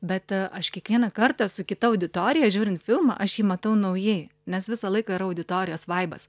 bet aš kiekvieną kartą su kita auditorija žiūrint filmą aš jį matau naujai nes visą laiką yra auditorijos vaibas